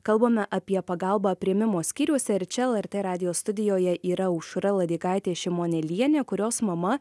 kalbame apie pagalbą priėmimo skyriuose ir čia lrt radijo studijoje yra aušra ladigaitė šimonėlienė kurios mama